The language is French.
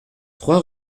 trois